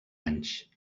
anys